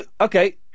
Okay